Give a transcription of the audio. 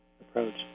approach